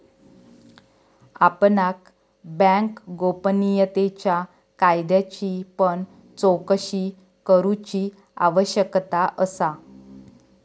आपणाक बँक गोपनीयतेच्या कायद्याची पण चोकशी करूची आवश्यकता असा